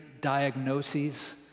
diagnoses